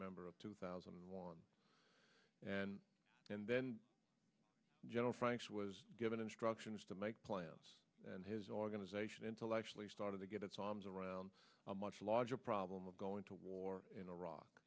remember of two thousand and one and then general franks was given instructions to make plans and his organization intellectually started to get its arms around a much larger problem of going to war in iraq